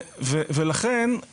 ולכן,